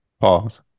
Pause